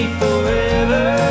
forever